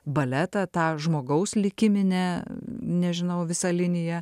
baletą tą žmogaus likiminę nežinau visą liniją